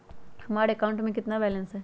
हमारे अकाउंट में कितना बैलेंस है?